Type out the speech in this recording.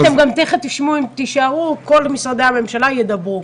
אם תישארו, כל משרדי הממשלה ידברו.